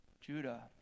Judah